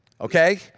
okay